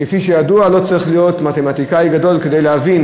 כפי שידוע, לא צריך להיות מתמטיקאי גדול כדי להבין